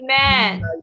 Amen